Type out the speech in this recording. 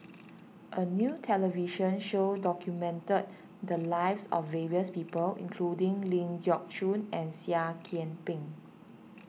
a new television show documented the lives of various people including Ling Geok Choon and Seah Kian Peng